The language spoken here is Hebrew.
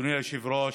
אדוני היושב-ראש,